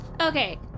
Okay